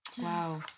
wow